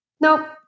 Nope